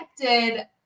connected